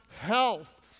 health